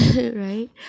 Right